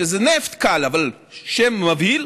שזה נפט קל אבל שם מבהיל,